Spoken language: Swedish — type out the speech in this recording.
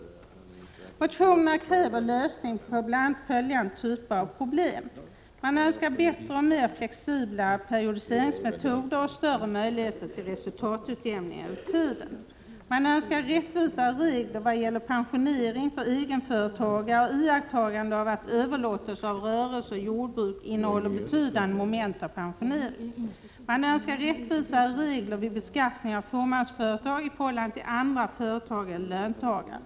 I motionerna krävs lösningar på bl.a. följande typer av problem: —- Man önskar bättre och mera flexibla periodiseringsmetoder och större möjligheter till resultatutjämning över tiden. — Man önskar rättvisare regler vad gäller pensionering för egenföretagare och iakttagande av att överlåtelse av rörelse och jordbruk innehåller betydande moment av pensionering. — Man önskar rättvisare regler vid beskattning av fåmansföretag i förhållande till andra företag eller löntagare.